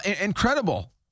incredible